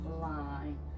line